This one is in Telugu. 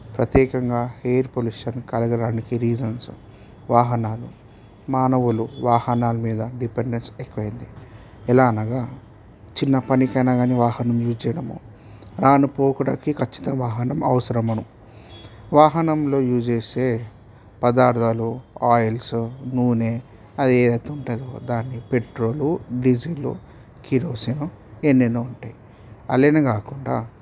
ప్రత్యేకంగా ఎయిర్ పొల్యూషన్ కలగడానికి రీజన్స్ వాహనాలు మానవులు వాహనాలు మీద డిపెండెన్స్ ఎక్కువైంది ఎలా అనగా చిన్న పనికి అయిన కాని వాహనము యూస్ చేయడము రాను పోవుటకు ఖచ్చితంగా వాహనం అవసరమును వాహనంలో యూస్ చేసే పదార్థాలు ఆయిల్స్ నూనె అది దాంట్లో పెట్రోలు డీజిల్లు కిరోసిన్ ఎన్నెన్నో ఉంటాయి అలానే కాకుండా